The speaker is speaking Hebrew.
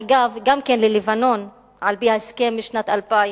אגב, גם ללבנון, על-פי ההסכם משנת 2000,